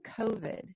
covid